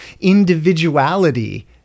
individuality